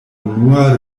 unua